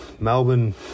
Melbourne